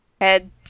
Head